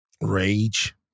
rage